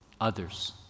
Others